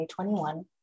2021